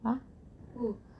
!huh! who